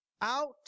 out